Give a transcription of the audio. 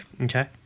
Okay